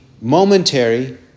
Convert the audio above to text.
momentary